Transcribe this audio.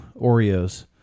Oreos